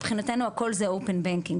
מבחינתנו הכל זה open banking,